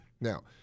now